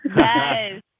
Yes